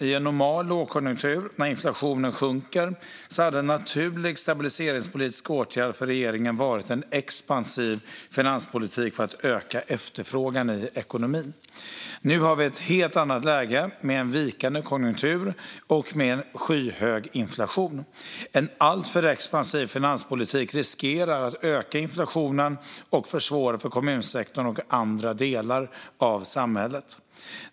I en normal lågkonjunktur när inflationen sjunker hade en naturlig stabiliseringspolitisk åtgärd för regeringen varit en expansiv finanspolitik för att öka efterfrågan i ekonomin. Nu har vi ett helt annat läge med en vikande konjunktur och en skyhög inflation. En alltför expansiv finanspolitik riskerar att öka inflationen och försvåra för kommunsektorn och andra delar av samhället.